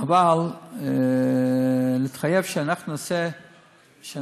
אבל להתחייב שאנחנו נעשה לכולם